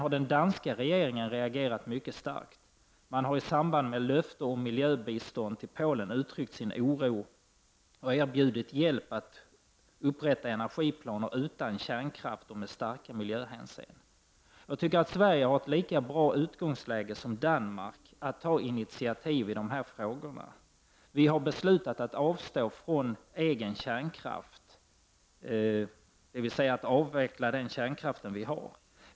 Även den danska regeringen har reagerat mycket starkt. Man har i samband med löfte om miljöbistånd till Polen uttryckt sin oro och erbjudit hjälp att upprätta energiplaner utan kärnkraft och med starka miljöhänsyn. Jag tycker att Sverige har ett lika bra utgångsläge som Danmark att ta intiativ i dessa frågor. Vi i Sverige har beslutat att avstå från egen kärnkraft, dvs. att avveckla den kärnkraft vi har.